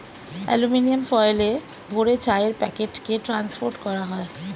aluminium ফয়েলে ভরে চায়ের প্যাকেটকে ট্রান্সপোর্ট করা হয়